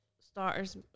starters